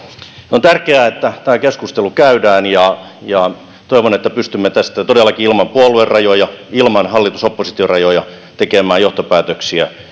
on tärkeää että tämä keskustelu käydään ja ja toivon että pystymme tästä todellakin ilman puoluerajoja ja hallitus oppositio rajoja tekemään johtopäätöksiä